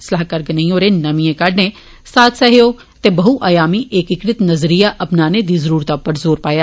सलाहकार गनेई होरें नमिएं काहडे साथ सहयोग ते बह्अयामी एकीकृत नजरिया अपनाने दी जरूरता उप्पर जोर पाया